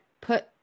put